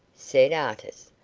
said artis.